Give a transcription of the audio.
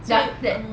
so you uh